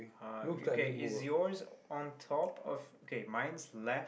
ah okay is yours on top of okay mine's left